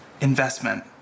investment